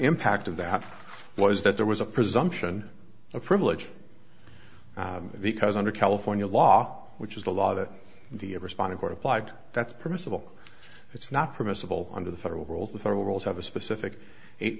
impact of that was that there was a presumption of privilege because under california law which is the law that the of responding or applied that's permissible it's not permissible under the federal rules the federal rules have a specific eight